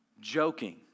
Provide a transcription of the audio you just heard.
joking